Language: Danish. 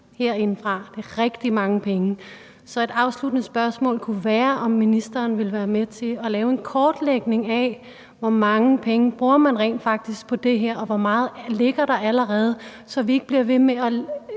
herindefra. Det er rigtig mange penge. Så et afsluttende spørgsmål kunne være, om ministeren vil være med til at lave en kortlægning af, hvor mange penge man rent faktisk bruger på det her, og hvor meget der allerede ligger, så vi ikke bliver ved med at